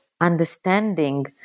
understanding